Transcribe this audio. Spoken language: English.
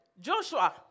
Joshua